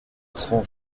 grand